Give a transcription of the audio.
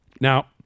Now